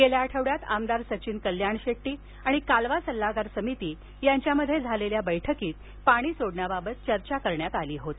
गेल्या आठवड्यात आमदार सचिन कल्याणशेट्टी आणि कालवा सल्लागार समिती यांच्यात झालेल्या बैठकीत पाणी सोडण्याबाबत चर्चा करण्यात आली होती